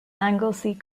anglesey